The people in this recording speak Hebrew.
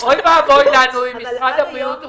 יש לכם --- אוי ואבוי לנו אם משרד הבריאות הוא